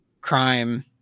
crime